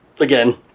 again